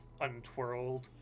untwirled